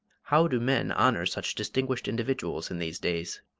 how do men honour such distinguished individuals in these days?